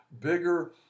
bigger